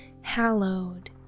Hallowed